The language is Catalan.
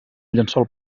llençol